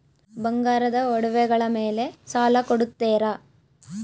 ಬಂಗಾರದ ಒಡವೆಗಳ ಮೇಲೆ ಸಾಲ ಕೊಡುತ್ತೇರಾ?